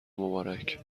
مبارک